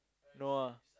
no ah